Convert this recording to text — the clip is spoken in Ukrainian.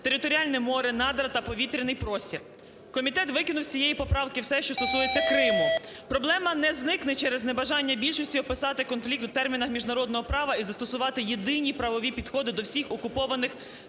територіальне море, надра та повітряний простір. Комітет викинув з цієї поправки все, що стосується Криму. Проблема не зникне через небажання більшості описати конфлікт у термінах міжнародного права і застосувати єдині правові підходи до всіх окупованих